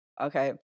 Okay